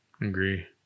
Agree